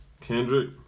Kendrick